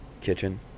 kitchen